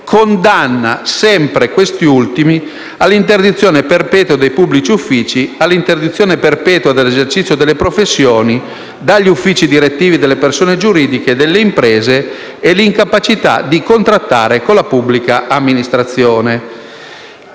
condanna sempre questi ultimi all'interdizione perpetua dai pubblici uffici, all'interdizione perpetua dall'esercizio delle professioni, dagli uffici direttivi delle persone giuridiche, delle imprese e all'incapacità di contrattare con la pubblica amministrazione.